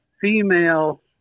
female